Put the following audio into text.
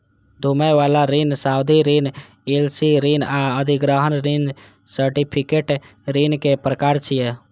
घुमै बला ऋण, सावधि ऋण, एल.सी ऋण आ अधिग्रहण ऋण सिंडिकेट ऋणक प्रकार छियै